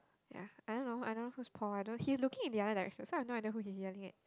ya I don't know I don't know who's Paul I don't he looking in the other like that's why I don't know who he he I think it